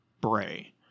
Bray